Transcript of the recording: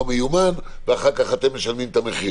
מיומן ואחר כך אתם משלמים את המחיר.